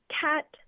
cat